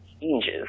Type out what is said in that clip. changes